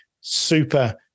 super